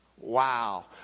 Wow